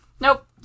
Nope